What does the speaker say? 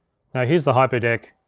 here's the hyperdeck